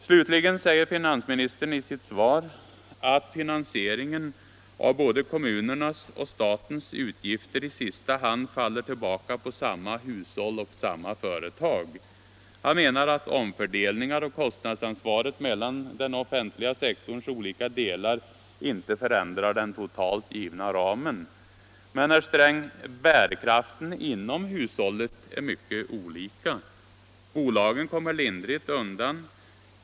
Slutligen säger finansministern i sitt svar att finansieringen av både kommunernas och statens utgifter i sista hand faller tillbaka på samma hushåll och samma företag. Han menar att omfördelningar av kostnadsansvaret mellan den offentliga sektorns olika delar inte förändrar den totalt givna ramen. Men, herr Sträng, bärkraften inom hushållen är mycket olika. Bolagen kommer lindrigt undan.